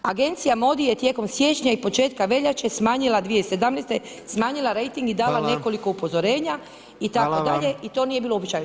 Agencija MODI je tijekom siječnja i početka veljače smanjila 2017. smanjila rejting [[Upadica predsjednik: hvala.]] I dala nekoliko upozorenja itd. i to nije bilo uobičajeno.